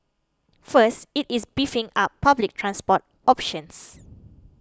first it is beefing up public transport options